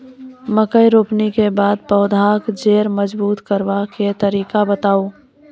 मकय रोपनी के बाद पौधाक जैर मजबूत करबा के तरीका बताऊ?